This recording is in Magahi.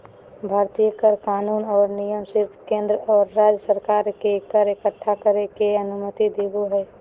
भारतीय कर कानून और नियम सिर्फ केंद्र और राज्य सरकार के कर इक्कठा करे के अनुमति देवो हय